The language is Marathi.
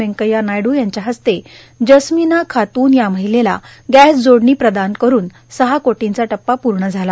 व्यंकय्या नायडू यांच्या हस्ते जस्मिना खातून या महिलेला गॅस जोडणी प्रदान करून सहा कोटीचा टप्पा पूर्ण झाला